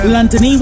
London